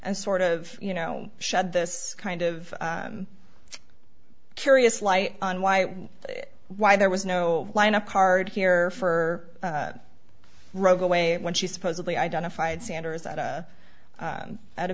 and sort of you know shut this kind of curious light on why why there was no lineup card here for rogue away when she supposedly identified sanders atta at a